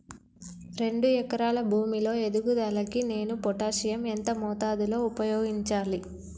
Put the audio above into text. రెండు ఎకరాల భూమి లో ఎదుగుదలకి నేను పొటాషియం ఎంత మోతాదు లో ఉపయోగించాలి?